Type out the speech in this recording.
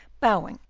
bowing,